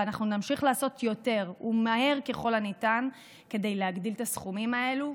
ואנחנו נמשיך לעשות יותר ומהר ככל הניתן כדי להגדיל את הסכומים האלו,